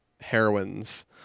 heroines